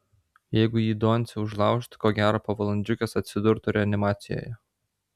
jeigu jį doncė užlaužtų ko gero po valandžiukės atsidurtų reanimacijoje